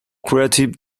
creative